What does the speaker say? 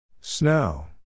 Snow